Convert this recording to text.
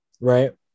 right